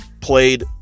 played